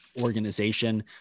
organization